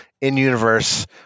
in-universe